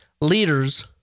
leaders